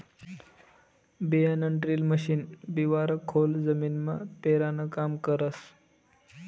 बियाणंड्रील मशीन बिवारं खोल जमीनमा पेरानं काम करस